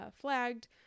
flagged